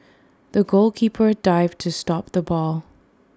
the goalkeeper dived to stop the ball